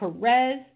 Perez